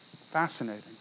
Fascinating